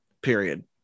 period